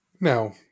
Now